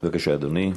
בבקשה, אדוני.